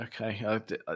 okay